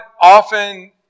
often